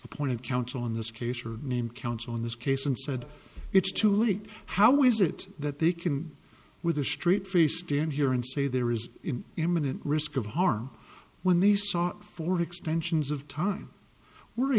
appointed counsel in this case or named counsel in this case and said it's too late how is it that they can with a straight face stand here and say there is in imminent risk of harm when these sought for extensions of time were